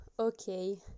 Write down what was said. Okay